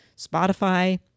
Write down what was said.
Spotify